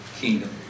kingdom